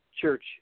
church